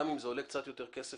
גם אם זה עולה קצת יותר כסף,